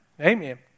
Amen